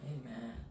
Amen